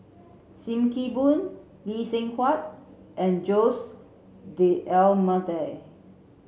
Sim Kee Boon Lee Seng Huat and Jose D'almeida